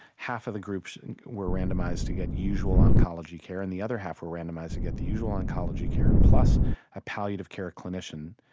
half of the group and were randomized to get the usual oncology care, and the other half were randomized to get the usual oncology care plus a palliative care clinician,